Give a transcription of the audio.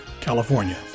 California